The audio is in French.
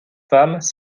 femmes